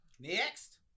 Next